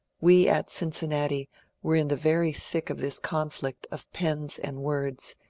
we at cincinnati were in the very thick of this conflict of pens and words,